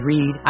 Read